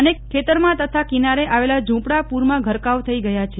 અનેક ખેતરમાં તથા કિનારે આવેલા ઝુંપડા પુરમાં ગરકાવ થઈ ગયા છે